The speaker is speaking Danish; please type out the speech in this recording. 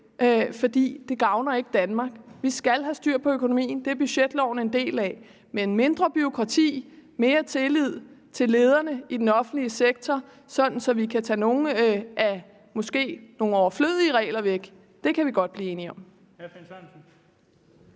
fordi det ikke gavner Danmark. Vi skal have styr på økonomien. Det er budgetloven en del af. Men mindre bureaukrati og mere tillid til lederne i den offentlige sektor, så vi kan tage nogle måske overflødige regler væk, kan vi godt blive enige om.